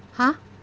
!huh!